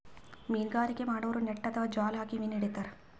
ಮೀನ್ಗಾರಿಕೆ ಮಾಡೋರು ನೆಟ್ಟ್ ಅಥವಾ ಜಾಲ್ ಹಾಕಿ ಮೀನ್ ಹಿಡಿತಾರ್